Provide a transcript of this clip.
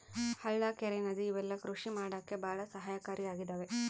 ಹಳ್ಳ ಕೆರೆ ನದಿ ಇವೆಲ್ಲ ಕೃಷಿ ಮಾಡಕ್ಕೆ ಭಾಳ ಸಹಾಯಕಾರಿ ಆಗಿದವೆ